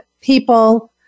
people